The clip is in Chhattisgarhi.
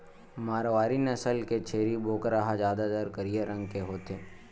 मारवारी नसल के छेरी बोकरा ह जादातर करिया रंग के होथे